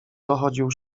dochodził